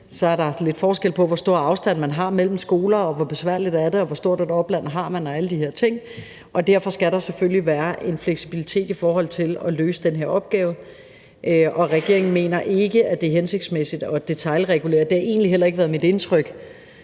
er der lidt forskel på, hvor stor afstand man har mellem skoler, og hvor besværligt det er, og hvor stort et opland man har og alle de her ting. Og derfor skal der selvfølgelig være en fleksibilitet i forhold til at løse den her opgave. Regeringen mener ikke, at det er hensigtsmæssigt at detailregulere. Det har egentlig heller ikke været mit indtryk,